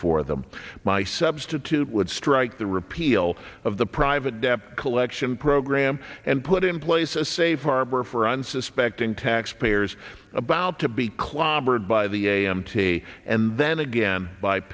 for them my substitute would strike the repeal of the private debt collection program and put in place a safe harbor for unsuspecting taxpayers about to be close by the a m t and then again by